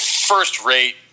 First-rate